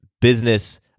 business